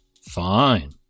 Fine